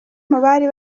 mubari